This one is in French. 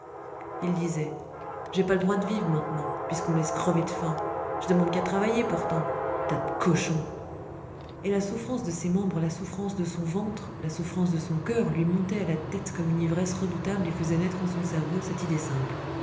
il disait j'ai pas le droit de vivre maintenant puisqu'on me laisse crever de faim je ne demande qu'à travailler pourtant tas de cochons et la souffrance de ses membres la souffrance de son ventre la souffrance de son coeur lui montaient à la tête comme une ivresse redoutable et faisaient naître en son cerveau cette idée simple